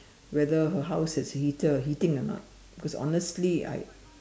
whether her house is heater heating a not because honestly I